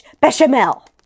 bechamel